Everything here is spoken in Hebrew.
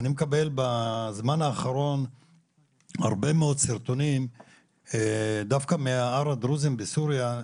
אני מקבל בזמן האחרון הרבה מאוד סרטונים דווקא מהר הדרוזים בסוריה,